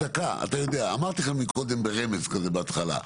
אמרתי לך מקודם ברמז בהתחלה,